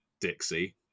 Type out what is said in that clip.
Dixie